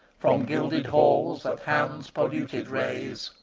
from gilded halls, that hands polluted raise,